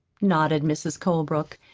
nodded mrs. colebrook.